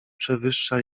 przewyższa